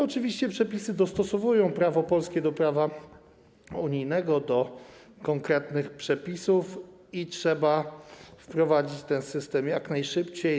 Oczywiście przepisy te dostosowują prawo polskie do prawa unijnego, do konkretnych przepisów i trzeba wprowadzić ten system jak najszybciej.